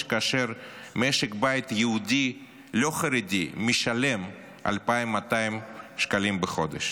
כאשר משק בית יהודי לא חרדי משלם 2,200 שקלים בחודש.